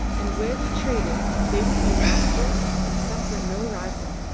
and where they traded they would be masters and suffer no rival.